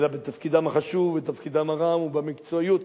אלא בתפקידם החשוב ובתפקידם הרם ובמקצועיות.